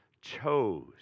chose